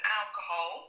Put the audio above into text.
alcohol